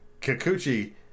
kikuchi